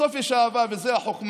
בסוף יש אהבה, וזו החוכמה: